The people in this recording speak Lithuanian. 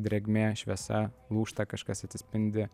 drėgmė šviesa lūžta kažkas atsispindi